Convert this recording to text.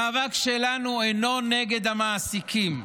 המאבק שלנו אינו נגד המעסיקים.